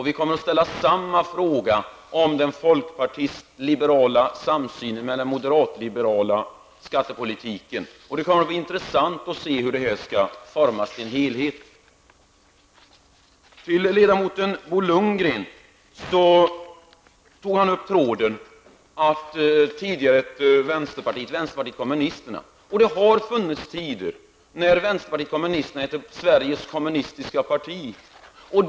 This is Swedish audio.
Vi kommer att ställa samma fråga om samsynen i skattepolitiken när det gäller folkpartiet liberalerna och moderatliberalerna. Det skall bli intressant att se hur detta kan formas till en helhet. Bo Lundgren tog upp tråden beträffande detta med vänsterpartiet kommunisterna som partiet tidigare hette. Ja, vänsterpartiet kommunisterna hette en gång i tiden Sveriges kommunistiska parti.